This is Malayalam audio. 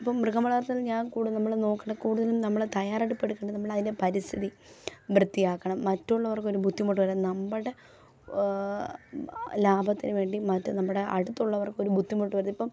ഇപ്പം മൃഗം വളർത്തൽ ഞാൻ കൂടുതൽ നോക്കേണ്ടത് കൂടുതലും നമ്മൾ തയ്യാറെടുപ്പ് എടുക്കേണ്ടത് നമ്മൾ അതിൻ്റെ പരിസ്ഥിതി വൃത്തിയാക്കണം മറ്റുള്ളവർക്ക് ഒരു ബുദ്ധിമുട്ട് വരാതെ നമ്മുടെ ലാഭത്തിനു വേണ്ടി മറ്റ് നമ്മുടെ അടുത്തുള്ളവർക്ക് ഒരു ബുദ്ധിമുട്ട് വരുത്തരുത് ഇപ്പം